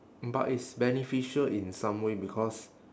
but it's beneficial in some way because